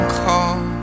call